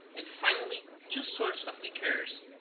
and finally two sorts of liqueurs,